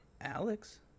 Alex